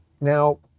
now